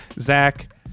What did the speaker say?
Zach